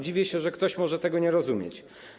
Dziwię się, że ktoś może tego nie rozumieć.